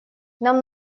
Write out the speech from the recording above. нам